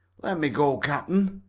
let me go, cap'n.